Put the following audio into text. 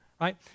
Right